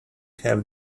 have